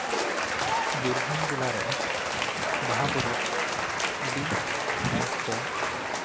ᱵᱤᱨᱵᱷᱩᱢ ᱡᱮᱞᱟᱨᱮ ᱵᱟᱦᱟ ᱯᱚᱨᱚᱵᱽ ᱟᱹᱰᱤ ᱢᱚᱸᱡ ᱛᱮ